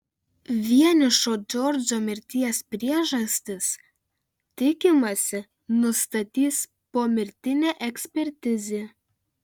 vienišo džordžo mirties priežastis tikimasi nustatys pomirtinė ekspertizė